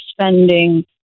spending